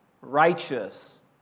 righteous